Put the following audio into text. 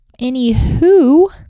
Anywho